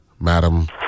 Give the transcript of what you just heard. Madam